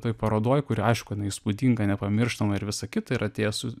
toj parodoj kuri aišku jinai įspūdinga nepamirštama ir visa kita ir atėję su